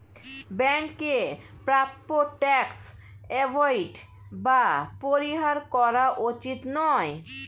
ব্যাংকের প্রাপ্য tax avoid বা পরিহার করা উচিত নয়